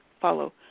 follow